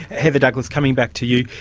heather douglas, coming back to you,